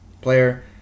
player